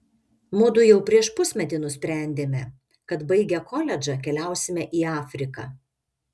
mudu jau prieš pusmetį nusprendėme kad baigę koledžą keliausime į afriką